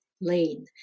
lane